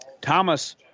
Thomas